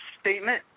statement